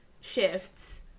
shifts